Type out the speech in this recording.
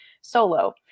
solo